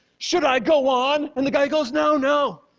should i go on? and the guy goes, no, no,